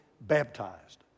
baptized